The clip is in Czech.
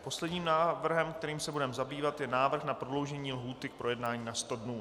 Posledním návrhem, kterým se budeme zabývat, je návrh na prodloužení lhůty k projednání na 100 dnů.